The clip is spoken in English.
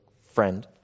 friend